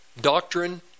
Doctrine